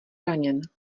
raněn